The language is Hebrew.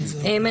למשל,